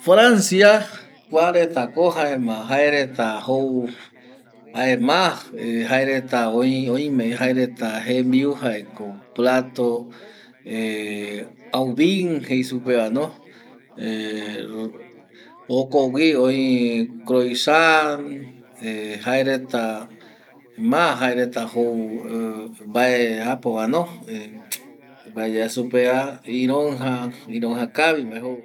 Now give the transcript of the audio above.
Francia, kua reta ko jembiu jaeko plato coq au vin, croissant ˂Hesitation˃ jaereta ma jouva jae ko ironja kavi va.